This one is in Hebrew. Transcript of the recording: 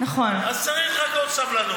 אז רק צריך עוד סבלנות,